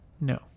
No